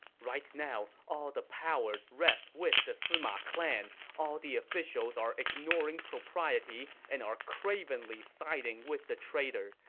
right now, all the powers rest with the sima clan. all the officials are ignoring propriety and are cravenly siding with the traitor.